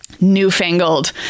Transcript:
Newfangled